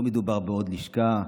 לא מדובר בעוד לשכה,